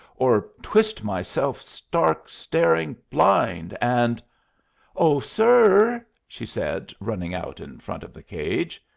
or twist myself stark, staring blind and oh, sir! she said, running out in front of the cage.